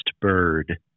bird